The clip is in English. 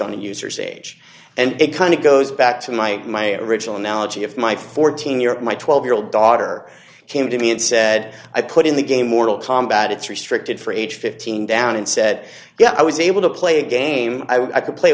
on the user's age and it kind of goes back to my original analogy if my fourteen year my twelve year old daughter came to me and said i put in the game mortal combat it's restricted for age fifteen down and said yeah i was able to play a game i could play